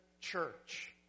church